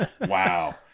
Wow